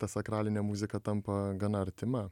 ta sakralinė muzika tampa gana artima